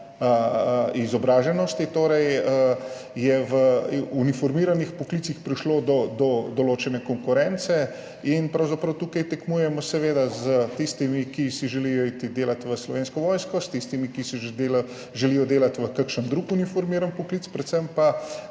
izobrazbe, torej je v uniformiranih poklicih prišlo do določene konkurence in pravzaprav tukaj tekmujemo seveda s tistimi, ki si želijo delati v Slovenski vojski, s tistimi, ki si želijo delati v kakšnem drugem uniformiranem poklicu, predvsem pa